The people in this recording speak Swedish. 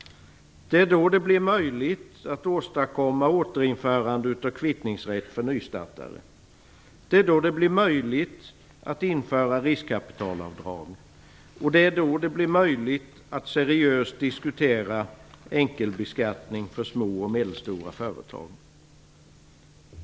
Det är då det blir möjligt att åstadkomma återinförande av kvittningsrätt för nystartade företag. Det är då det blir möjligt att införa riskkapitalavdrag. Det är då det blir möjligt att seriöst diskutera enkelbeskattning för små och medelstora företag.